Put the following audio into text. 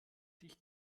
dich